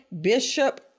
Bishop